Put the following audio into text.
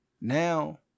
now